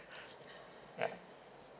yeah